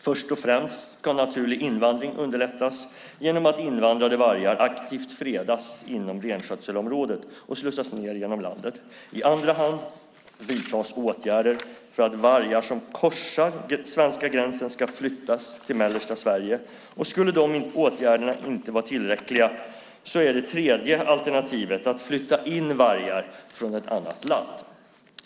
Först och främst ska naturlig invandring underlättas genom att invandrade vargar aktivt fredas inom renskötselområdet och slussas ned genom landet. I andra hand vidtas åtgärder för att vargar som korsar svenska gränsen ska flyttas till mellersta Sverige. Skulle inte dessa åtgärder vara tillräckliga är det tredje alternativet att flytta in vargar från ett annat land.